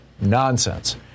nonsense